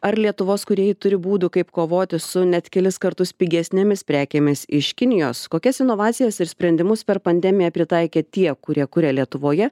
ar lietuvos kūrėjai turi būdų kaip kovoti su net kelis kartus pigesnėmis prekėmis iš kinijos kokias inovacijas ir sprendimus per pandemiją pritaikė tie kurie kuria lietuvoje